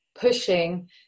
pushing